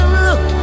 look